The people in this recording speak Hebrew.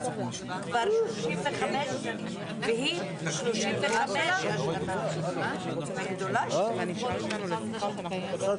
בשעה 10:45.